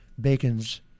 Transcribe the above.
Bacon's